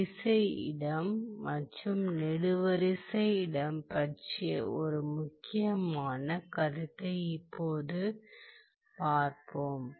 வரிசை இடம் மற்றும் நெடுவரிசை இடம் பற்றிய ஒரு முக்கியமான கருத்தை இப்போது பார்ப்போம்